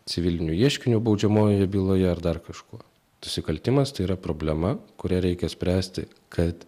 civiliniu ieškiniu baudžiamojoje byloje ar dar kažkuo nusikaltimas tai yra problema kurią reikia spręsti kad